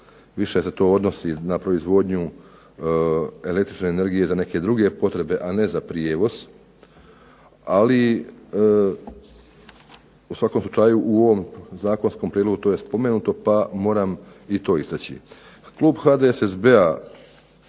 da se to odnosi na proizvodnju električne energije za neke druge potrebe a ne za prijevoz, ali u svakom slučaju u ovom zakonskom prijedlogu to je istaknuto pa moram to istaći. Klub HDSSB-a